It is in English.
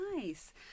Nice